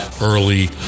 early